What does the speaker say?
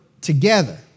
together